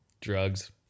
Drugs